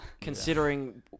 considering